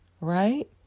right